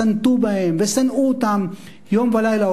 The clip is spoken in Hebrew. סנטו בהם ושנאו אותם יום ולילה,